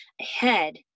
ahead